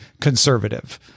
conservative